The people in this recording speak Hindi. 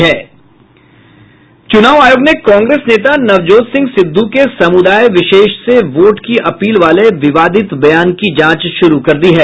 चुनाव आयोग ने कांग्रेस नेता नवजोत सिंह सिद्धू के समुदाय विशेष से वोट की अपील वाले विवादित बयान की जांच शुरू कर दी है